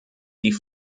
die